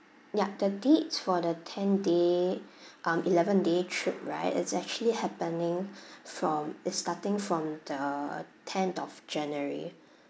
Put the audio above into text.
ya the dates for the ten day um eleven day trip right it's actually happening from it's starting from the tenth of january